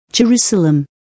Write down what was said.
Jerusalem